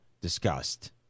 discussed